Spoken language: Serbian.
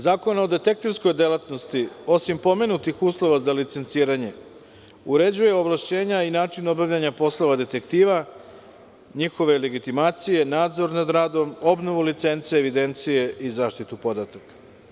Zakon o detektivskoj delatnosti, osim pomenutih uslova za licenciranje, uređuje ovlašćena i način obavljanja poslova detektiva, njihove legitimacije, nadzor nad radom, obnovu licence, evidencije i zaštitu podataka.